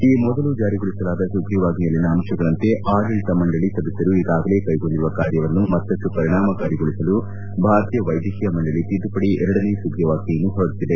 ಈ ಮೊದಲು ಜಾರಿಗೊಳಿಸಲಾದ ಸುಗ್ರೀವಾಜ್ವೆಯಲ್ಲಿನ ಅಂಶಗಳಂತೆ ಆಡಳಿತ ಮಂಡಳಿ ಸದಸ್ಯರು ಈಗಾಗಲೇ ಕೈಗೊಂಡಿರುವ ಕಾರ್ಯವನ್ನು ಮತ್ತಷ್ಟು ಪರಿಣಾಮಕಾರಿಗೊಳಿಸಲು ಭಾರತೀಯ ವೈದ್ಯಕೀಯ ಮಂಡಳಿ ತಿದ್ದುಪಡಿ ಎರಡನೇ ಸುಗ್ರೀವಾಜ್ಞೆಯನ್ನು ಹೊರಡಿಸಲಾಗಿದೆ